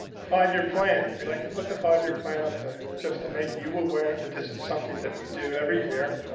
five-year plan. we'd like to put the five-year plan up to, just to make you aware that this is something that we do every year. a